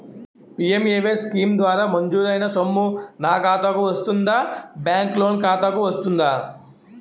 PMAY scheme ద్వారా మంజూరైన సొమ్ము నా ఖాతా కు వస్తుందాబ్యాంకు లోన్ ఖాతాకు వస్తుందా?